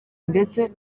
ndetse